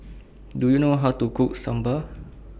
Do YOU know How to Cook Sambar